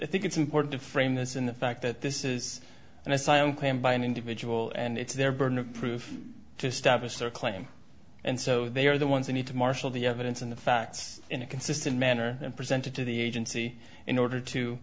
i think it's important to frame this in the fact that this is an asylum claim by an individual and it's their burden of proof to status or claim and so they are the ones who need to marshal the evidence and the facts in a consistent manner and presented to the agency in order to